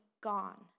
gone